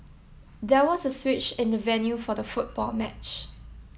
there was a switch in the venue for the football match